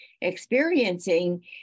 experiencing